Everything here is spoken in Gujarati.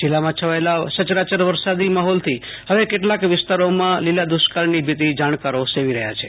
જીલ્લામાં છવાયેલા સચારાસર વરસાદી માહોલ હવે કેટલાક વિસ્તારોમાં લીલા દુષ્કાળની ભીતિ જાણકારો સેવી રહ્યા છે